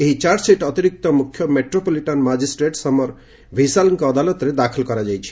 ଏହି ଚାର୍ଜସିଟ୍ ଅତିରିକ୍ତ ମୁଖ୍ୟ ମେଟ୍ରୋପଲିଟାନ୍ ମାଳିଷ୍ଟ୍ରେଟ୍ ସମର ଭିସାଲ୍ଙ୍କ ଅଦାଲତରେ ଦାଖଲ କରାଯାଇଛି